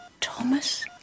Thomas